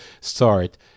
start